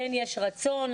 כן יש רצון,